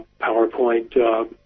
PowerPoint